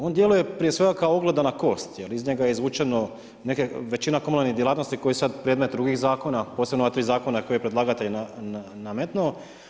On djeluje prije svega kao oglodana kost jer iz njega je izvučeno neke, većina komunalne djelatnosti koje su sad predmet drugih zakona, posebno ova tri zakona koje je predlagatelj nametnuo.